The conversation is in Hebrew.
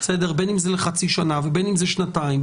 בין אם זה לחצי שנה ובין אם זה שנתיים,